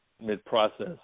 mid-process